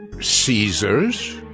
Caesar's